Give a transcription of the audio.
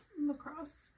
lacrosse